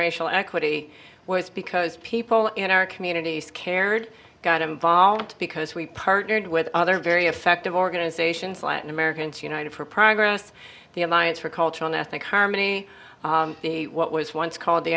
racial equity was because people in our communities cared got involved because we partnered with other very effective organizations latin americans united for progress the alliance for cultural ethnic harmony what was once called the